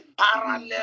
parallel